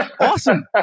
awesome